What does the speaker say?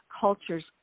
cultures